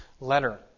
letter